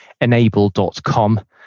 enable.com